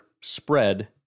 spread